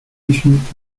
ancient